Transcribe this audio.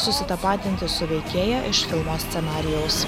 susitapatinti su veikėja iš filmo scenarijaus